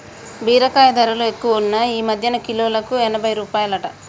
బీరకాయ ధరలు ఎక్కువున్నాయ్ ఈ మధ్యన కిలోకు ఎనభై రూపాయలట